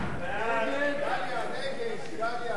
סעיף 9, כהצעת הוועדה,